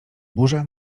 burza